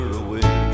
away